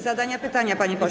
Zadania pytania, panie pośle.